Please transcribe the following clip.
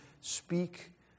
speak